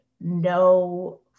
no